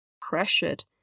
pressured